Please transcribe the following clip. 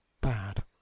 bad